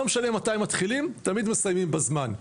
לא משנה מתי מתחילים תמיד מסיימים בזמן,